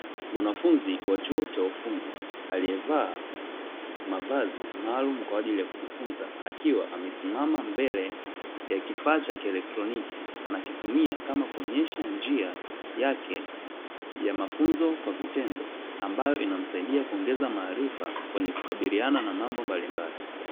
Mwanafunzi wa chuo cha ufundi aliyevaa mavazi maalumu kwa ajili ya ya kujifunza akiwa amesimama mbele ya kifaa cha kielektroniki, anakitumia kama kuonyesha njia yake ya mafunzo kwa vitendo ambayo inamsaidia kuongeza maarifa kwenye kukabiliana na mambo mbalimbali.